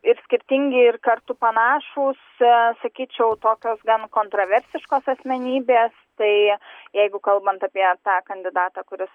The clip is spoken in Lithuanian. ir skirtingi ir kartu panašūs sakyčiau tokios gan kontraversiškos asmenybės tai jeigu kalbant apie tą kandidatą kuris